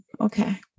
Okay